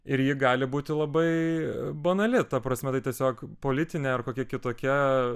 ir ji gali būti labai banali ta prasme tai tiesiog politinė ar kokia kitokia